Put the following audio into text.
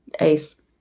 Ace